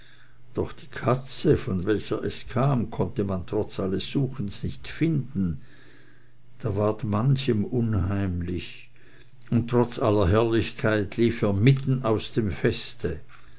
doch die katze von welcher es kam konnte man trotz alles suchens nicht finden da ward manchem unheimlich und trotz aller herrlichkeit lief er mitten aus dem feste